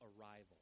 arrival